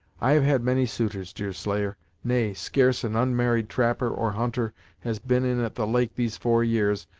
i have had many suitors, deerslayer nay, scarce an unmarried trapper or hunter has been in at the lake these four years,